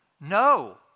No